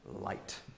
light